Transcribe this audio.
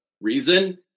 reason